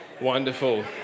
Wonderful